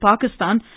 Pakistan